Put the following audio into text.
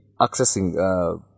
accessing